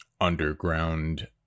underground